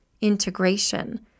integration